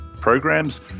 programs